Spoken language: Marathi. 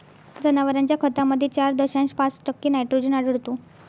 जनावरांच्या खतामध्ये चार दशांश पाच टक्के नायट्रोजन आढळतो